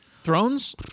Thrones